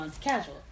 casual